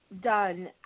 done